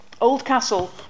Oldcastle